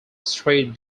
street